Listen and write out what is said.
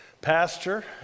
pastor